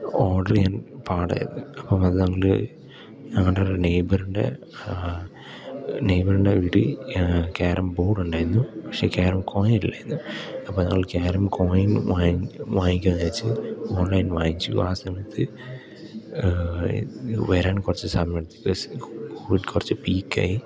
order ചെയ്യാൻ പാടായിരുന്നു അപ്പം അത് ഞങ്ങൾ ഞങ്ങളുടെ ഒരു നെയ്ബറിൻ്റെ നെയ്ബറിൻ്റെ വീട്ടിൽ ക്യാരം ബോർഡുണ്ടായിരുന്നു പക്ഷേ ക്യാരം കോയിനില്ലായിരുന്നു അപ്പം ഞങ്ങള് ക്യാരം കോയിൻ വാങ്ങാൻ വാങ്ങിക്കാന്ന് വിചാരിച്ചു ഓൺലൈൻ വാങ്ങിച്ചു ആ സമയത്ത് വരാൻ കുറച്ച് സമയം എടുക്കും ബിക്കോസ് കോവിഡ് കുറച്ച് പീക്കായി